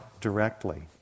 directly